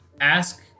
ask